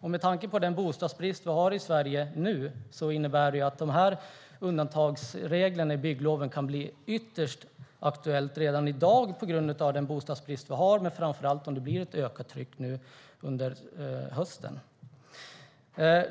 Med tanke på den bostadsbrist vi har i Sverige och om det blir ett ökat tryck under hösten innebär det att dessa undantagsregler för bygglov i allra högsta grad kan bli aktuella.